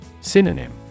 Synonym